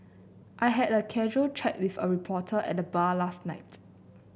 I had a casual chat with a reporter at the bar last night